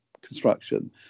construction